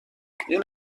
این